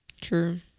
True